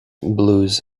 blues